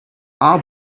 are